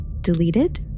deleted